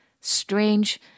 strange